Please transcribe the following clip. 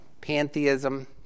pantheism